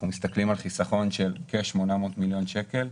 מסתכלים על חיסכון של כ-800 מיליון שקל,